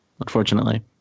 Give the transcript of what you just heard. unfortunately